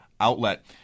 outlet